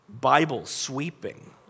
Bible-sweeping